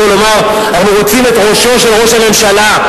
ולומר: אנחנו רוצים את ראשו של ראש הממשלה,